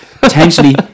potentially